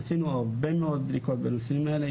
עשינו הרבה מאוד בדיקות בנושאים האלה.